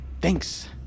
thanks